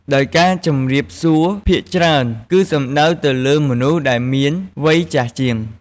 ដោយការជម្រាបសួរភាគច្រើន គឺសំដៅទៅលើមនុស្សដែរមានវ័យចាស់ជាង។